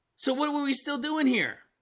so what are we we still doing here